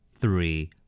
Three